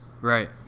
Right